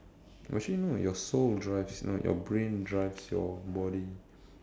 actually no your soul drives no your brain drives your body